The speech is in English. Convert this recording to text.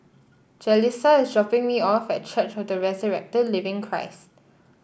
Jalissa is dropping me off at Church of the Resurrected Living Christ